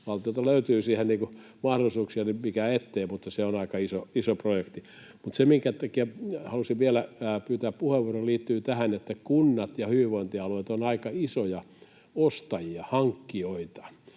valtiolta löytyy siihen mahdollisuuksia, niin mikä ettei, mutta se on aika iso projekti. Mutta se, minkä takia halusin vielä pyytää puheenvuoron, liittyy tähän, että kunnat ja hyvinvointialueet ovat aika isoja ostajia, hankkijoita,